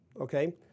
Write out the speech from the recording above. okay